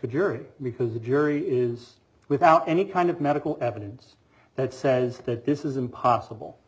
the jury because the jury is without any kind of medical evidence that says that this is impossible